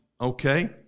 okay